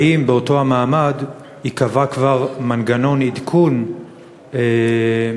האם באותו מעמד ייקבע כבר מנגנון עדכון שיחסוך